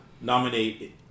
nominate